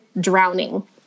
drowning